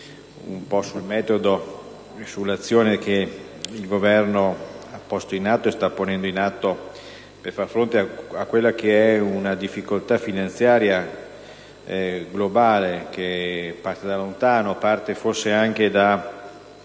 sul metodo e sull'azione che il Governo ha posto in atto, e sta ponendo in atto, per far fronte a quella che è una difficoltà finanziaria globale, che parte da lontano, forse anche da